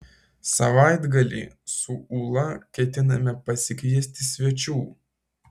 savaitgalį su ūla ketiname pasikviesti svečių